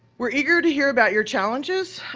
we're eager to hear about your challenges